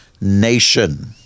nation